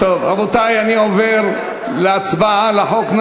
רבותי, אני עובר להצבעה על החוק.